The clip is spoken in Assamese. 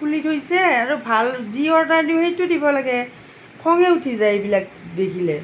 খুলি থৈছে আৰু ভাল যি অৰ্ডাৰ দিওঁ সেইটোৱেই দিব লাগে খঙেই উঠি যায় এইবিলাক দেখিলে